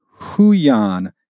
Huyan